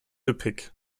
üppig